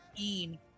een